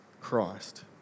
Christ